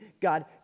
god